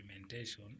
implementation